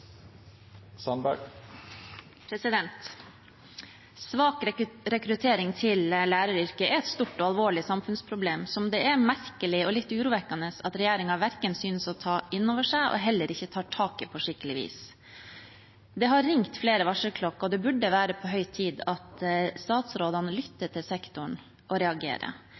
rekruttering til læreryrket er et stort og alvorlig samfunnsproblem, som det er merkelig og litt urovekkende at regjeringen ikke synes å ta inn over seg, og heller ikke tar tak i på skikkelig vis. Det har ringt flere varselklokker, og det burde være på høy tid at statsråden lytter til sektoren og reagerer.